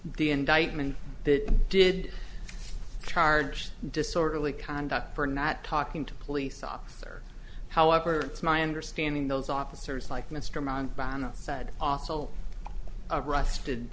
the indictment that did charge disorderly conduct for not talking to police officer however it's my understanding those officers like mr montana said also arrested